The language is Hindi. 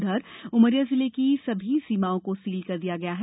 उधर उमरिया जिले की सभी सीमाओं को सील कर दिया गया है